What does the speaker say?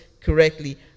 correctly